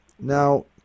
Now